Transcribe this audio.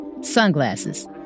sunglasses